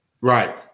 Right